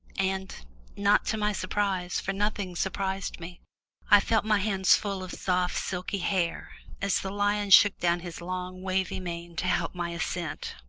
and not to my surprise, for nothing surprised me i felt my hands full of soft silky hair, as the lion shook down his long wavy mane to help my ascent.